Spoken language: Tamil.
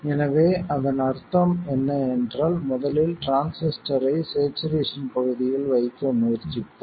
எனவே அதன் அர்த்தம் என்ன என்றால் முதலில் டிரான்சிஸ்டரை ஸ்சேச்சுரேசன் பகுதியில் வைக்க முயற்சிப்போம்